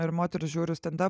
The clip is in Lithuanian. ir moterys žiūri stendapą